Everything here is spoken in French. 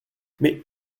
mais